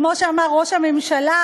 כמו שאמר ראש הממשלה,